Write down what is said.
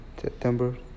September